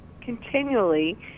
continually